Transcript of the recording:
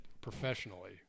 professionally